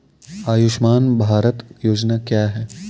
आयुष्मान भारत योजना क्या है?